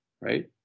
right